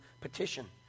petition